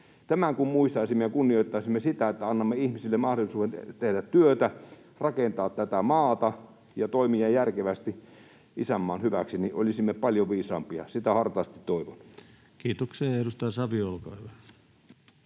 Tämän kun muistaisimme ja kunnioittaisimme sitä, että annamme ihmisille mahdollisuuden tehdä työtä, rakentaa tätä maata ja toimia järkevästi isänmaan hyväksi, niin olisimme paljon viisaampia. Sitä hartaasti toivon. [Speech 192] Speaker: